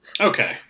Okay